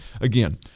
again